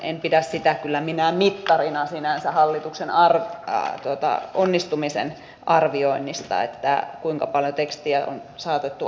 en pidä sitä kyllä sinänsä minään hallituksen onnistumisen arvioinnin mittarina kuinka paljon tekstiä on saatettu aikaan